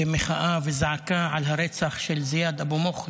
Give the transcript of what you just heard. כמחאה וזעקה על הרצח של זיאד אבו מוך ז"ל,